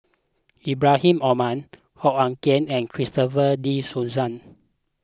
Ibrahim Omar Hoo Ah Kay and Christopher De Souza